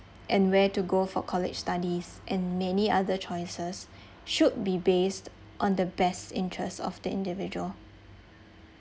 and where to go for college studies and many other choices should be based on the best interest of the individual